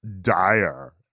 dire